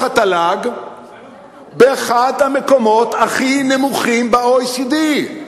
התל"ג באחד המקומות הכי נמוכים ב-OECD.